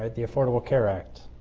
ah the affordable care act,